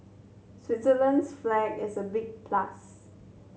Switzerland's flag is a big plus